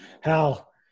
Hal